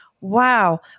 Wow